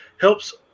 helps